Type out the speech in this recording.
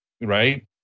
right